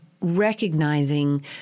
recognizing